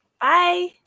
Bye